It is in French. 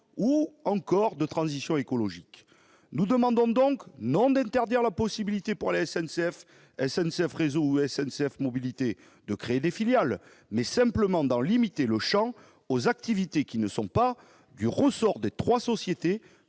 ou de transition écologique. Nous demandons donc, non pas d'interdire la possibilité pour la SNCF, SNCF Réseau ou SNCF Mobilités de créer des filiales, mais simplement d'en limiter le champ aux activités qui ne sont pas du ressort des trois sociétés